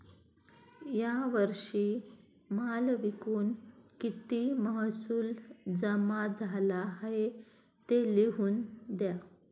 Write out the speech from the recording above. या वर्षी माल विकून किती महसूल जमा झाला आहे, ते लिहून द्या